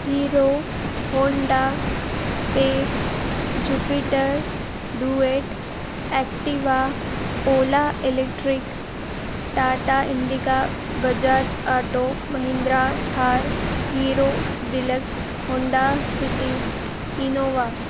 hero Honda Pep Jupiter Duet Activa Ola electric Tata Indica Bajaj auto Mahindra Thar Hero deluxe Honda City Innova